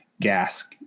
gas